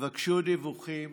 תבקשו דיווחים,